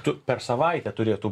tu per savaitę turėtų